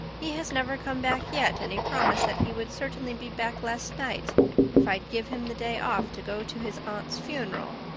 he has never come back yet and he promised that he would certainly be back last night if i'd give him the day off to go to his aunt's funeral.